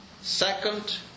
Second